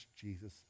Jesus